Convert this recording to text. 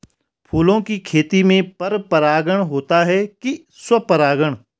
फूलों की खेती में पर परागण होता है कि स्वपरागण?